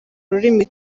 rurimi